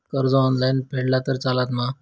कर्ज ऑनलाइन फेडला तरी चलता मा?